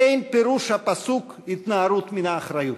אין פירוש הפסוק התנערות מן האחריות.